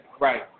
Right